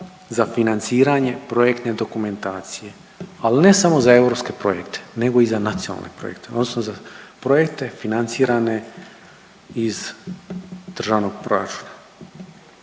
za financiranje projektne dokumentacije, ali ne samo za europske projekte, nego i za nacionalne projekte, odnosno za projekte financirane iz državnog proračuna.